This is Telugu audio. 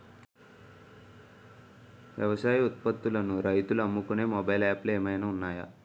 వ్యవసాయ ఉత్పత్తులను రైతులు అమ్ముకునే మొబైల్ యాప్ లు ఏమైనా ఉన్నాయా?